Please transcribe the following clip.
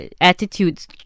attitudes